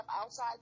outside